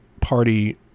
party